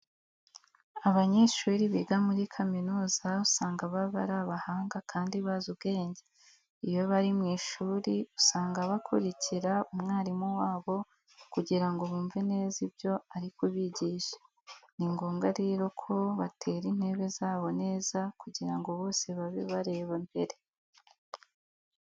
Abanyeshuri biga muri kaminuza usanga baba ari abahanga kandi bazi ubwenge. Iyo bari mu ishuri usanga bakurikira umwarimu wabo kugira ngo bumve neza ibyo ari kubigisha. Ni ngombwa rero ko batera intebe zabo neza kugira ngo bose babe bareba imbere.